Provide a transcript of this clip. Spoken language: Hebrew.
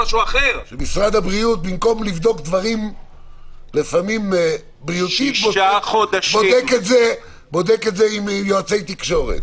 משרד הבריאות במקום לבדוק דברים לפעמים בודק את זה עם יועצי תקשורת.